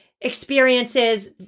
experiences